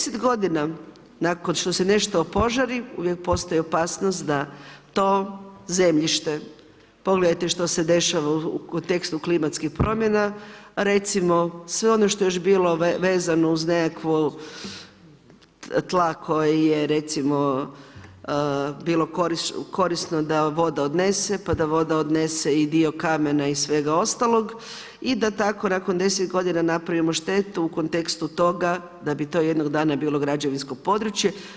10 g. nakon što se nešto opožari, uvijek postoji opasnost, da to zemljište, pogledajte što se dešava u kontekstu klimatskih promjena, recimo, sve ono što je još bilo vezano uz nekakvu tla, koje je recimo bilo korisno da voda odnese, pa da voda odnese dio kamena i svega ostaloga i da tako nakon 10 g. napravimo štetu u kontekstu toga, da bi to jednog dana bilo građevinsko područje.